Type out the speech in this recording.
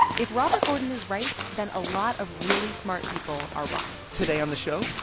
if robert gordon is right, then a lot of really smart people are wrong today on the show,